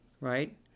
right